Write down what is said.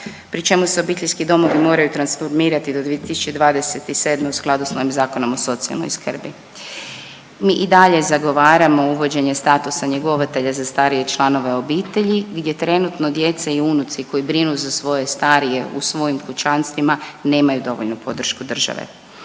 pri čemu se obiteljski domovi moraju transformirati do 2027. u skladu sa Zakonom o socijalnoj skrbi. Mi i dalje zagovaramo uvođenje statusa njegovatelja za starije članove obitelji, gdje trenutno djeca i unuci koji brinu za svoje starije u svojim kućanstvima nemaju dovoljnu podršku države.